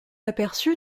aperçu